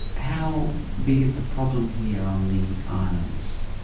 how big is the problem here on the islands,